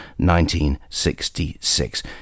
1966